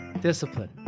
Discipline